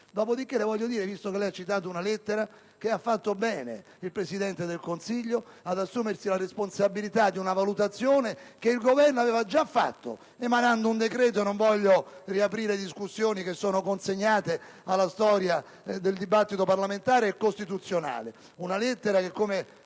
Finocchiaro, visto che ha citato una lettera, che ha fatto bene il Presidente del Consiglio ad assumersi la responsabilità di una valutazione che il Governo aveva già fatto emanando un decreto. Non voglio riaprire discussioni che sono consegnate alla storia del dibattito parlamentare e costituzionale. Nella lettera si